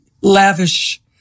lavish